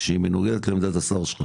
שהיא מנוגדת לעמדת השר שלך.